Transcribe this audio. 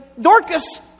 Dorcas